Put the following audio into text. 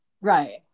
Right